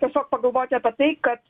tiesiog pagalvoti apie tai kad